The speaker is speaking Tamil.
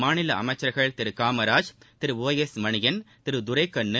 மாநில அமைச்சர்கள் திரு காமராஜ் திரு ஓ எஸ் மணியன் திரு துரைக்கண்ணு